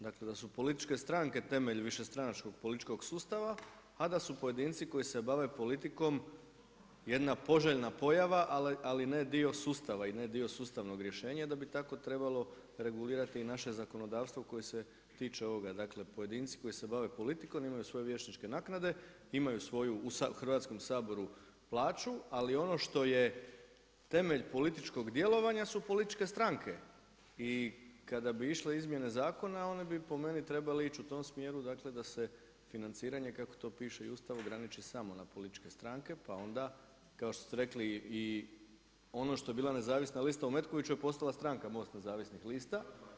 Dakle, da su političke stranke temelj višestranačkog političkog sustava a da su pojedinci koji se bave politikom jedna poželjna pojava, ali ne dio sustava, i ne dio sustavnog rješenja onda bi tako trebalo regulirati i naše zakonodavstvo koje se tiče ovoga, dakle pojedinci koji se bave politikom imaju svoje vijećničke naknade, imaju u Hrvatskom saboru plaću ali ono što je temelj političkog djelovanja su političke stranke i kada bi išle izmjene zakona, one bi po meni trebale ići u tom smjeru, dakle da se financiranje kako to piše i u Ustavu, ograniči samo na političke stranke, pa onda kao što ste rekli i ono što je bila nezavisna lista u Metkoviću je postala stranka, MOST nezavisnih lista.